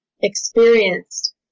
experienced